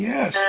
Yes